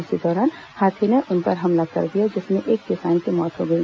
इसी दौरान हाथी ने उन पर हमला कर दिया जिसमें एक किसान की मौत हो गई